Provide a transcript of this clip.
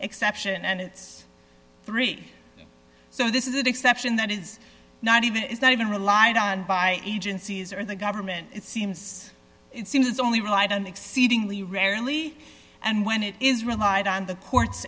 exception and it's three so this is an exception that is not even is that even relied on by agencies or the government it seems it seems only right and exceedingly rarely and when it is relied on the courts